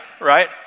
right